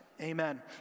Amen